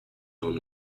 own